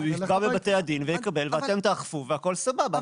הוא יתבע בבתי הדין ויקבל ואתם תאכפו והכל סבבה.